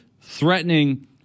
threatening